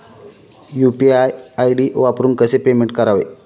UPI ID वापरून कसे payment करावे?